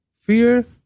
Fear